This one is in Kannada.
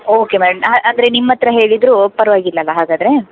ಓಕೆ ಮೇಡ್ ಅಂದರೆ ನಿಮ್ಮ ಹತ್ತಿರ ಹೇಳಿದರೂ ಓ ಪರವಾಗಿಲ್ಲಲ್ಲ ಹಾಗಾದರೆ